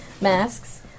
masks